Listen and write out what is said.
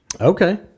Okay